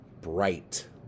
bright